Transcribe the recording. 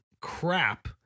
crap